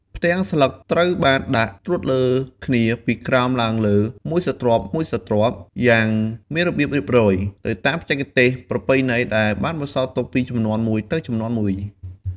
ផ្ទាំងស្លឹកត្រូវបានដាក់ ត្រួតលើគ្នាពីក្រោមឡើងលើមួយស្រទាប់ៗយ៉ាងមានរបៀបរៀបរយ ទៅតាមបច្ចេកទេសប្រពៃណីដែលបានបន្សល់ទុកពីជំនាន់មួយទៅជំនាន់មួយ។